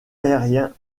aérien